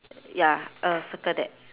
ya uh circle that